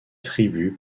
tribut